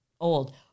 old